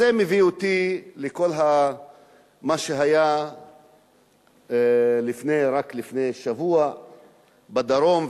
זה מביא אותי לכל מה שהיה רק לפני שבוע בדרום,